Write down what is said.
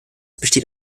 besteht